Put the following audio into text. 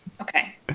Okay